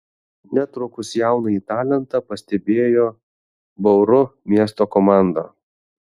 netrukus jaunąjį talentą pastebėjo bauru miesto komanda